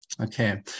Okay